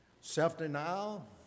Self-denial